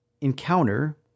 encounter